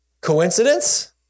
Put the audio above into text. Coincidence